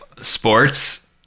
sports